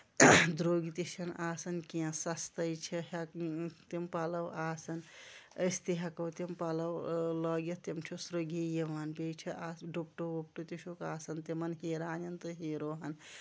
دروٚگۍ تہِ چھِنہٕ آسان کینٛہہ سَستے چھِ تِم پَلو آسان أسۍ تہِ ہٮ۪کو تِم پَلو لٲگِتھ تِم چھِ سروٚگی یِوان بیٚیہِ چھِ اَتھ ڈُپٹہٕ وُپٹہٕ تہِ چھُکھ آسان تِمن ہیٖرانٮ۪ن تہٕ ہیٖرووَن